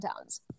towns